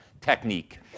technique